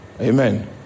amen